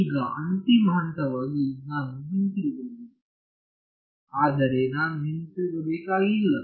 ಈಗ ಅಂತಿಮ ಹಂತವಾಗಿ ನಾನು ಹಿಂತಿರುಗಬಹುದು ಆದರೆ ನಾನು ಹಿಂತಿರುಗಬೇಕಾಗಿಲ್ಲ